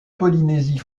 polynésie